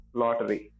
lottery